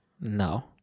No